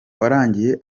warangiye